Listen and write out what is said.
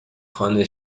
خانه